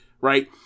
right